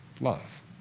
love